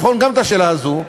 לבחון גם את השאלה הזאת,